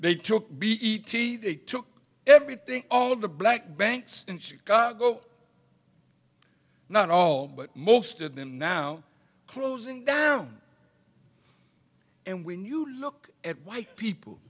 they took b e t they took everything all of the black banks in chicago not all but most of them now closing them and when you look at why people